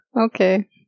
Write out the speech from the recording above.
Okay